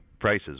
prices